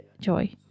joy